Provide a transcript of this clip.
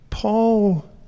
Paul